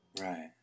right